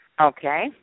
Okay